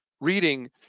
reading